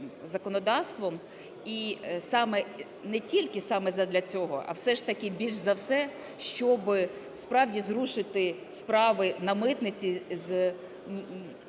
не тільки саме задля цього, а все ж таки більш за все, щоби справді зрушити справи на митниці